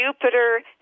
Jupiter